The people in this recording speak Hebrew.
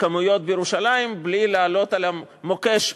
בכמויות בירושלים בלי לעלות על המוקש,